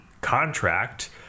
contract